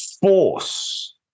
force